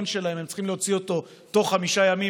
שלהם הם צריכים להוציא בתוך חמישה ימים,